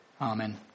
Amen